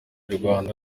rwanda